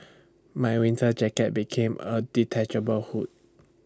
my winter jacket became with A detachable hood